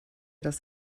das